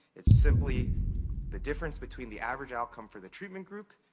it's simply the difference between the average outcome for the treatment group,